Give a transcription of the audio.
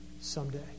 someday